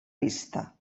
vista